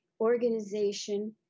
organization